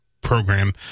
program